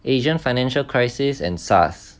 asian financial crisis and SARS